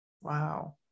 Wow